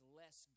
less